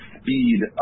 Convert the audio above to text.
speed